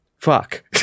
fuck